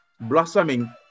blossoming